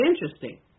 interesting